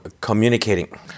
communicating